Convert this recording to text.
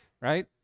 right